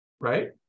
right